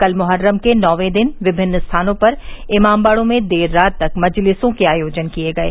कल मोहर्रम के नौवें दिन विभिन्न स्थानों पर इमामबाड़ो में देर रात तक मजलिसो के आयोजन किए गये